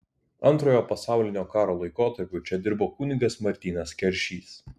antrojo pasaulinio karo laikotarpiu čia dirbo kunigas martynas keršys